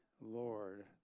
lord